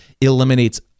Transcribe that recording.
eliminates